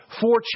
four